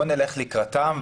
בואו נלך לקראתם,